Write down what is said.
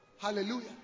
Hallelujah